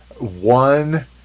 one